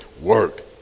work